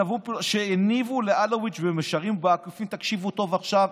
שהניבו לאלוביץ' במישרין ובעקיפין תקשיבו טוב עכשיו,